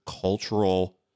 cultural